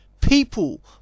People